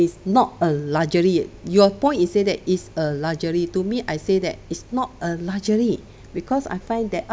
it's not a luxury your point you said that is a luxury to me I say that is not a luxury because I find that art